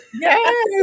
Yes